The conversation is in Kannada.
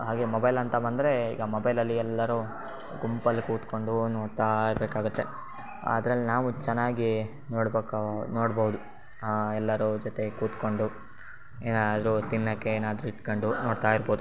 ಹಾಗೇ ಮೊಬೈಲ್ ಅಂತ ಬಂದರೆ ಈಗ ಮೊಬೈಲಲ್ಲಿ ಎಲ್ಲರೂ ಗುಂಪಲ್ಲಿ ಕೂತ್ಕೊಂಡು ನೋಡ್ತಾ ಇರಬೇಕಾಗತ್ತೆ ಅದ್ರಲ್ಲಿ ನಾವು ಚೆನ್ನಾಗಿ ನೋಡ್ಬೇಕು ನೋಡ್ಬೌದು ಎಲ್ಲರೂ ಜೊತೆ ಕೂತ್ಕೊಂಡು ಏನಾದ್ರೂ ತಿನ್ನಕ್ಕೆ ಏನಾದ್ರೂ ಇಟ್ಕೊಂಡು ನೋಡ್ತಾ ಇರ್ಬೋದು